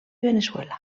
veneçuela